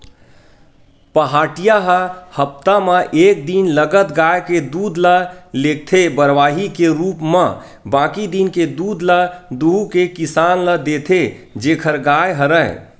पहाटिया ह हप्ता म एक दिन लगत गाय के दूद ल लेगथे बरवाही के रुप म बाकी दिन के दूद ल दुहू के किसान ल देथे जेखर गाय हरय